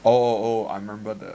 oh oh I remember that